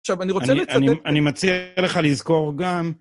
עכשיו, אני רוצה לצדק את זה. אני מציע לך לזכור גם...